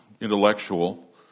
intellectual